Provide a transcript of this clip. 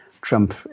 Trump